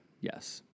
Yes